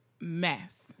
Mess